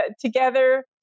together